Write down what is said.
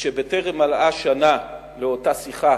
שבטרם מלאה שנה לאותה שיחה